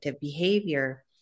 behavior